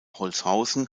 holzhausen